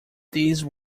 these